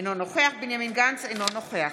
אינו נוכח בנימין גנץ, אינו נוכח